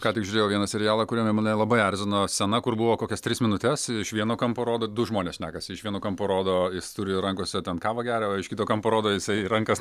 ką tik žiūrėjau vieną serialą kuriame mane labai erzino scena kur buvo kokias tris minutes iš vieno kampo rodo du žmonės šnekasi iš vieno kampo rodo jis turi rankose ten kavą geria iš kito kampo rodo jisai rankas